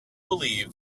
believed